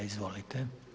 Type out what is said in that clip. Izvolite.